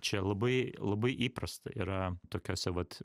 čia labai labai įprasta yra tokiuose vat